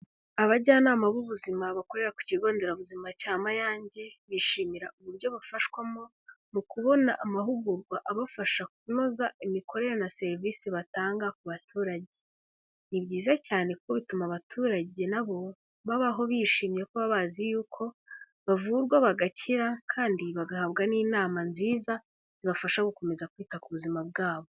Abajyanama b'ubuzima bakorera ku kigo nderabuzima cya Mayange, bishimira uburyo bafashwamo mu kubona amahugurwa abafasha kunoza imikorere na serivisi batanga ku baturage, ni byiza cyane kuko bituma abaturage na bo babaho bishimiye kuko baba bazi yuko bavurwa bagakira kandi bagahabwa n'inama nziza, zibafasha gukomeza kwita ku buzima bwabo.